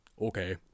Okay